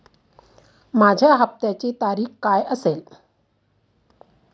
माझ्या हप्त्याची तारीख काय असेल?